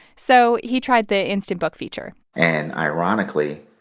so he tried the instant book feature and ironically,